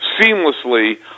seamlessly